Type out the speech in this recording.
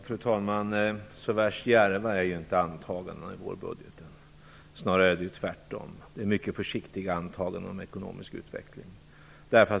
Fru talman! Så värst djärva är inte antagandena i vårbudgeten, snarare är det tvärtom. Det är mycket försiktiga antaganden om ekonomisk utveckling.